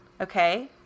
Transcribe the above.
Okay